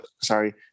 sorry